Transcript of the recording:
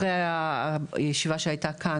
אחרי הישיבה שהייתה כאן